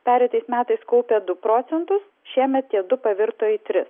pereitais metais kaupia du procentus šiemet tie du pavirto į tris